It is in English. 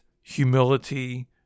humility